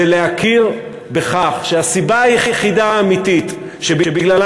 זה להכיר בכך שהסיבה היחידה האמיתית שבגללה